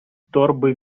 торби